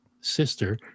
sister